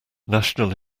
national